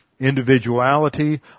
individuality